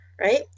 Right